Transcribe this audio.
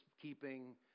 keeping